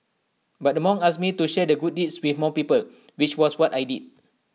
but the monk asked me to share the good deed with more people which was what I did